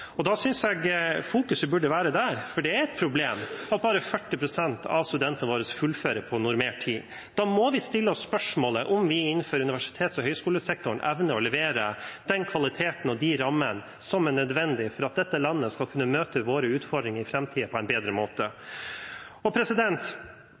Da synes jeg fokuset burde være der. Det er et problem at bare 40 pst. av studentene våre fullfører på normert tid. Da må vi stille oss spørsmålet om vi innenfor universitets- og høyskolesektoren evner å levere den kvaliteten og de rammene som er nødvendig for at dette landet skal kunne møte sine utfordringer i framtiden på en bedre